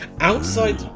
Outside